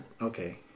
Okay